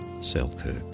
Selkirk